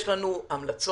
יש לנו המלצות.